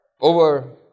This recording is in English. over